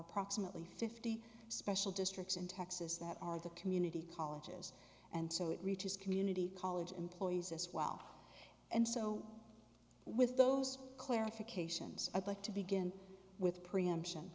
approximately fifty special districts in texas that are the community colleges and so it reaches community college employees as well and so with those clarifications i'd like to begin with preemption